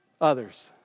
others